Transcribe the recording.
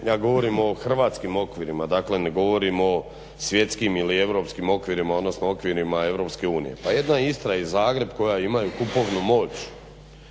Ja govorim o hrvatskim okvirima, dakle ne govorim o svjetskim ili europskim okvirima, odnosno okvirima EU. Pa jedna Istra i Zagreb koji imaju kupovnu moć